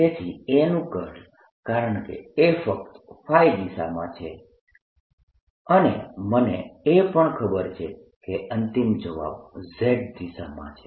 તેથી A નું curl કારણકે A ફક્ત દિશામાં છે અને મને એ પણ ખબર છે કે અંતિમ જવાબ z દિશામાં છે